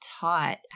taught